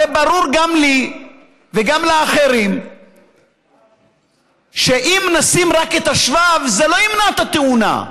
הרי ברור גם לי וגם לאחרים שאם נשים רק את השבב זה לא ימנע את התאונה,